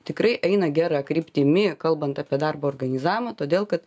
tikrai eina gera kryptimi kalbant apie darbo organizavimą todėl kad